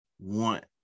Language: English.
want